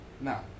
Now